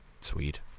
Sweet